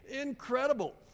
Incredible